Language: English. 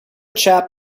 chap